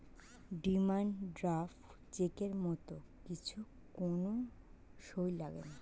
demand draft চেকের মত কিছু কোন সই লাগেনা